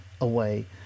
away